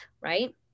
right